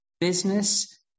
business